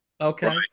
Okay